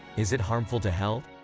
is it harmful to health?